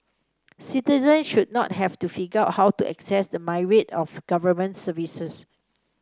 citizens should not have to figure how to access the myriad of Government services